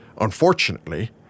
Unfortunately